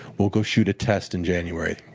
we'll go shoot a test in january.